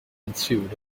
ensued